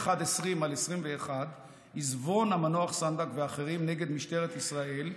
9120/21 עיזבון המנוח סנדק ואחרים נגד משטרת ישראל,